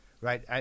right